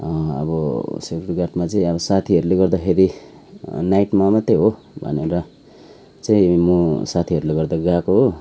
अबो सेक्युरिटी गार्डमा चाहिँ अब साथीहरूले गर्दाखेरि नाइटमा मात्रै हो भनेर चाहिँ म साथीहरूले गर्दा गएको हो